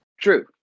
True